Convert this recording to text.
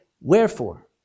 Wherefore